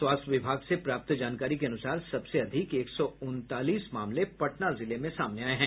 स्वास्थ्य विभाग से प्राप्त जानकारी के अनुसार सबसे अधिक एक सौ उनतालीस मामले पटना जिले में सामने आये हैं